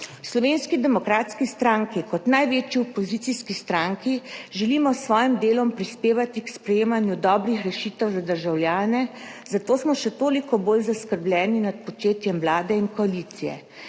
Slovenski demokratski stranki kot največji opozicijski stranki želimo s svojim delom prispevati k sprejemanju dobrih rešitev za državljane, zato smo še toliko bolj zaskrbljeni nad početjem Vlade in koalicije.